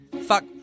Fuck